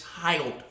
child